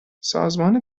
سازمان